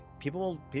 People